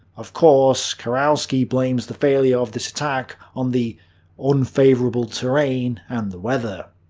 of course, kurowski blames the failure of this attack on the unfavourable terrain and the weather.